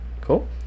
Cool